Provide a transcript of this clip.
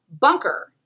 bunker